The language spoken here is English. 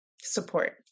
support